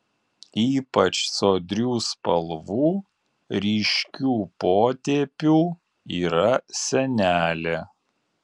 ypač sodrių spalvų ryškių potėpių yra senelė